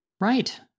right